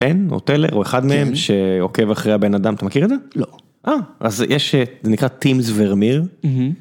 נותן או אחד מהם שעוקב אחרי הבן אדם אתה מכיר את זה לא אז יש את זה נקרא טימס ורמיר.